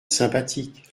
sympathique